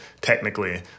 technically